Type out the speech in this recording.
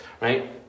right